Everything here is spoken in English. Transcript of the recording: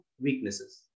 weaknesses